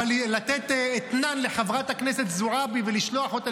אבל לתת אתנן לחברת הכנסת זועבי ולשלוח אותה